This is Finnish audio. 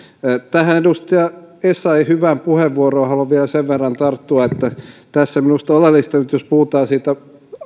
tähän edustaja essayahn hyvään puheenvuoroon haluan vielä sen verran tarttua että tässä minusta oleellista nyt jos nyt puhutaan siitä